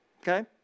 Okay